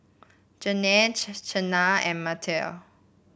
Janel Cena and Mattye